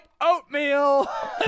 oatmeal